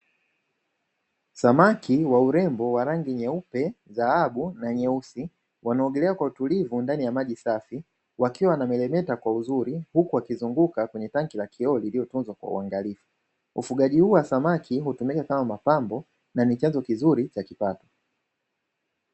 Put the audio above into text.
Samaki wa urembo wa rangi nyeupe dhahabu na nyeusi wanaogelea kwa utulivu ndani ya maji safi, wakiwa na meremeta kwa uzuri huku akizunguka kwenye tanki la kioo lililo tunzwa kwa uangalifu, ufugaji huo wa samaki hutumika kama mapambo na ni chanzo kizuri cha kipato.